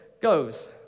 goes